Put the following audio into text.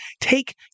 take